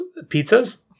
pizzas